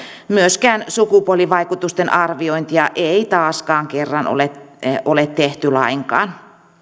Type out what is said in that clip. myöskään sukupuolivaikutusten arviointia ei taaskaan ole ole tehty lainkaan